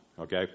Okay